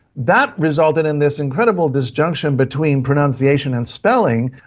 that resulted in this incredible disjunction between pronunciation and spelling,